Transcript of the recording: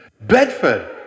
Bedford